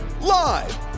Live